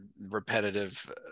repetitive